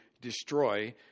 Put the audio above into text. destroy